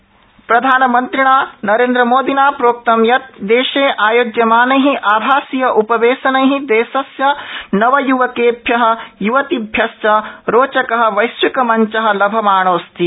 प्रधानमन्त्री स्टार्टअप प्रधानमन्त्रिणा नरेन्द्रमोदिना प्रोक्तं यत् देशे आयोज्यमानै आभासीय उपवेशनै देशस्य नवय्वकेभ्य य्वतिभ्यश्च रोचक वैश्विकमञ्च लभमाणोऽस्ति